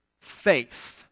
faith